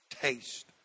Taste